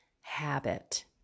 habit